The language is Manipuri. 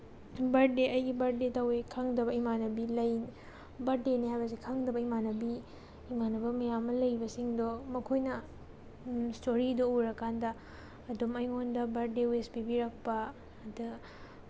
ꯕꯔꯗꯦ ꯑꯩꯒꯤ ꯕꯔꯗꯦ ꯇꯧꯋꯤ ꯈꯪꯗꯕ ꯏꯃꯥꯟꯅꯕꯤ ꯂꯩ ꯕꯔꯗꯦꯅꯤ ꯍꯥꯏꯕꯁꯤ ꯈꯪꯗꯕ ꯏꯃꯥꯟꯅꯕꯤ ꯏꯃꯥꯟꯅꯕ ꯃꯌꯥꯝ ꯑꯃ ꯂꯩꯕꯁꯤꯡꯗꯣ ꯃꯈꯣꯏꯅ ꯏꯁꯇꯣꯔꯤꯗꯣ ꯎꯔꯀꯥꯟꯗ ꯑꯗꯨꯝ ꯑꯩꯉꯣꯟꯗ ꯕꯥꯔꯗꯦ ꯋꯤꯁ ꯄꯤꯕꯤꯔꯛꯄ ꯑꯗ